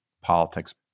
politics